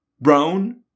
brown